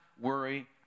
worry